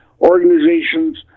organizations